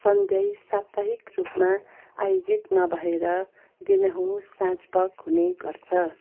सन्देही साप्ताहिक रूपमा आयोजित नभएर दिनहुँ साँझपख हुने गर्छ